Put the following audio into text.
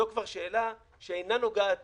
זו כבר שאלה שאינה נוגעת